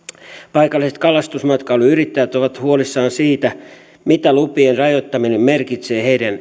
paikalliset kalastusmatkailuyrittäjät ovat huolissaan siitä mitä lupien rajoittaminen merkitsee heidän